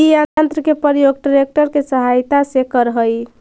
इ यन्त्र के प्रयोग ट्रेक्टर के सहायता से करऽ हई